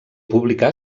publicà